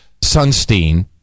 Sunstein